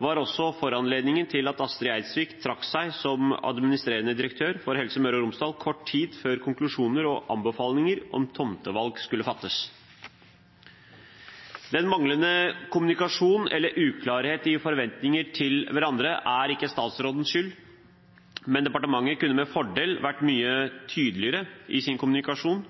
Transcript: var også foranledningen til at Astrid Eidsvik trakk seg som administrerende direktør for Helse Møre og Romsdal kort tid før konklusjoner og anbefalinger om tomtevalg skulle fattes. Denne manglende kommunikasjon eller uklarhet i forventninger til hverandre er ikke statsrådens skyld, men departementet kunne med fordel vært mye tydeligere i sin kommunikasjon,